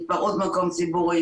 התפרעות במקום ציבורי,